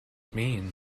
mean